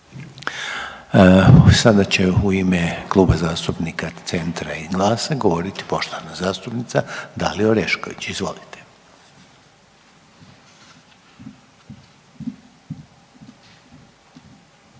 sada će u ime Kluba zastupnika Centra i GLAS-a završno govorit poštovana zastupnica Dalija Orešković, izvolite.